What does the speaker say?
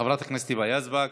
חברת הכנסת היבה יזבק.